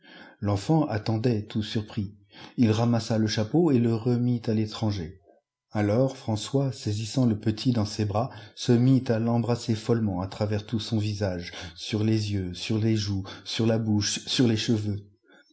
l'enfant attendait tout surpris ii ramassa le chapeau et le remit à fétranger alors françois saisissant le petit dans ses bras se mit à l'embrasser follement à travers tout son visage sur les yeux sur les joues sur la bouche sur les cheveux